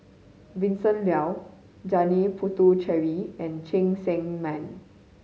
Vincent Leow Janil Puthucheary and Cheng Tsang Man